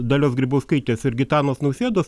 dalios grybauskaitės ir gitanos nausėdos